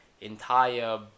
entire